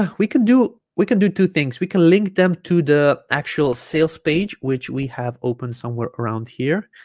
ah we can do we can do two things we can link them to the actual sales page which we have open somewhere around here